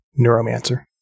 Neuromancer